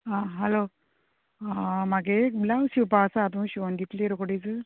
आं हालो मागे एक ब्लावज शिंवपा आसा तूं शिवन दितली रोकडीच